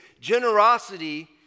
generosity